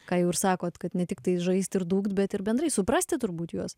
ką jau ir sakot kad ne tiktai žaistiir dūkt bet ir bendrai suprasti turbūt juos